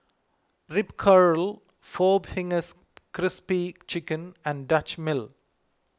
Ripcurl four Fingers Crispy Chicken and Dutch Mill